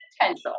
potential